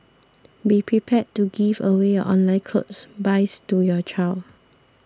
be prepared to give away your online clothes buys to your child